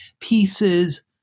pieces